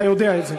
אתה יודע את זה.